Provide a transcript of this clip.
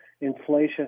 inflation